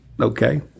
Okay